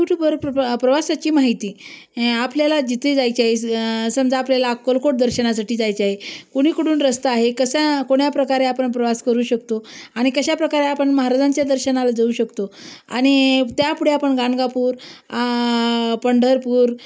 यूट्यूबवर प्र प्रवासाची माहिती आपल्याला जिथली जायची समजा आपल्याला अक्कलकोट दर्शनासाठी जायचे आहे कुणीकडून रस्ता आहे कसा कोण्याप्रकारे आपण प्रवास करू शकतो आणि कशाप्रकारे आपण महाराजांच्या दर्शनाला जाऊ शकतो आणि त्यापढे आपण गाणगापूर पंढरपूर